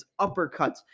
uppercuts